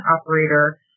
operator